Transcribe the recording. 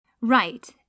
Right